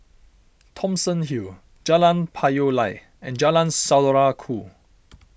Thomson Hill Jalan Payoh Lai and Jalan Saudara Ku